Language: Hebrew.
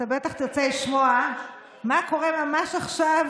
אתה בטח רוצה לשמוע מה קורה ממש עכשיו,